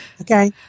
okay